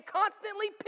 constantly